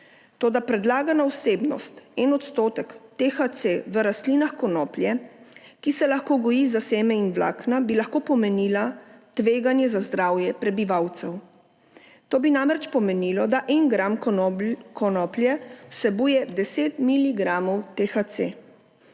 Toda predlagana vsebnost in odstotek THC v rastlinah konoplje, ki se lahko goji za seme in vlakna, bi lahko pomenila tveganje za zdravje prebivalcev. To bi namreč pomenilo, da en gram konoplje vsebuje 10 mg THC.